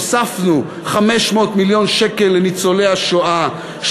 הוספנו 500 מיליון שקל לניצולי השואה.